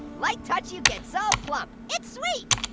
like touch you get so plump! it sweet.